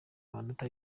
amanota